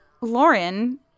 Lauren